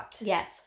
Yes